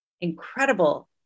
incredible